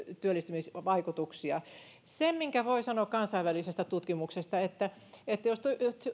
työllistymisvaikutuksia se minkä voi sanoa kansainvälisestä tutkimuksesta on se että jos